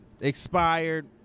expired